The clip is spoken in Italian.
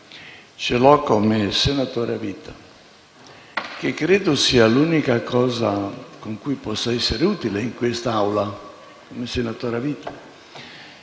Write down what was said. bensì come senatore a vita e credo che sia l'unica cosa con cui possa essere utile in quest'Aula un senatore a vita.